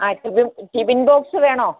ആ tiffin tiffin box വേണോ